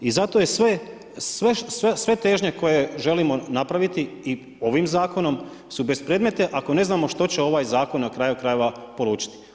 I zato je sve, sve težnje koje želimo napraviti i ovim zakonom su bespredmetne ako ne znamo što će ovaj zakon na kraju krajeva polučiti.